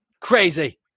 Crazy